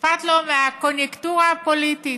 אכפת לו מהקוניוקטורה הפוליטית,